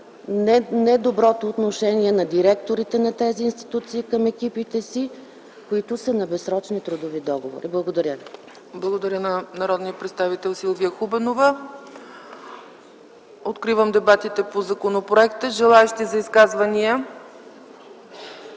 недоброто отношение на директорите на тези институции към екипите им, които са на безсрочни трудови договори. Благодаря ви. ПРЕДСЕДАТЕЛ ЦЕЦКА ЦАЧЕВА: Благодаря на народния представител Силвия Хубенова. Откривам дебатите по законопроекта. Има ли желаещи за изказвания?